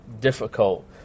difficult